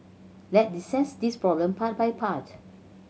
let's dissect this problem part by part